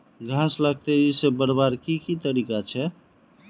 घास लाक तेजी से बढ़वार की की तरीका छे?